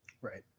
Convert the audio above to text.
Right